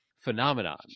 phenomenon